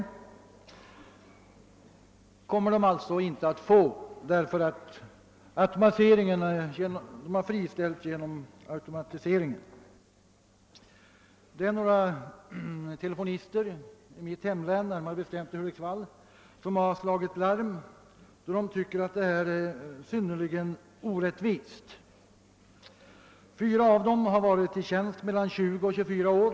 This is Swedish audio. Detta kommer de inte att få, eftersom de har friställts genom automatiseringen. Det är några telefonister i mitt hemlän som har slagit larm då de tycker att detta är synnerligen orättvist. Fyra av dem har varit i tjänst mellan 20 och 24 år.